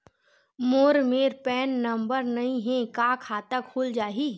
मोर मेर PAN number नई हे का खाता खुल जाही?